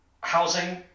housing